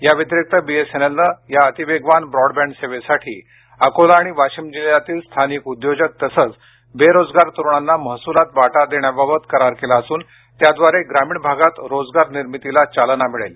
या व्यतिरिक्त बीएसएनएलने या अतिवेगवान ब्रॉडबँड सेवेसाठी अकोला आणि वाशिम जिल्ह्यातील स्थानिक उद्योजक तसंच बेरोजगार तरुणांना महसुलात वाटा देण्याबाबत करार केला असून त्याद्वारे ग्रामीण भागात रोजगार निर्मितीला चालना मिळेल